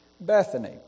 Bethany